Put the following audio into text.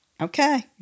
okay